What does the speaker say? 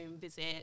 visit